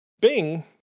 Bing